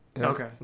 Okay